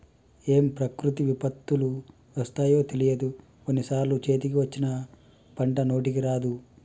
ఏం ప్రకృతి విపత్తులు వస్తాయో తెలియదు, కొన్ని సార్లు చేతికి వచ్చిన పంట నోటికి రాదు